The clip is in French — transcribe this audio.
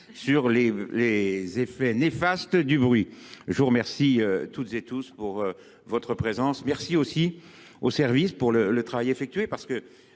sur les effets néfastes du bruit. Je vous remercie toutes et tous pour votre présence. Merci aussi au service pour le travail effectué parce que